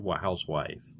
housewife